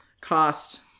cost